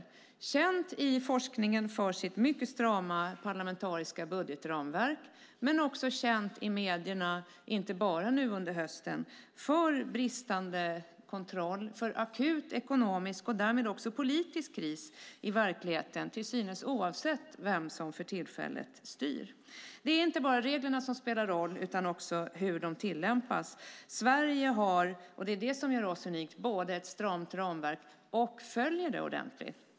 Grekland är känt i forskningen för sitt mycket strama parlamentariska budgetramverk men också känt i medierna, inte bara nu under hösten, för bristande kontroll och för akut ekonomisk och därmed också politisk kris i verkligheten, till synes oavsett vem som för tillfället styr. Det är inte bara reglerna som spelar roll utan också hur de tillämpas. Sverige har - det är det som gör Sverige unikt - ett stramt ramverk som följs ordentligt.